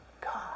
God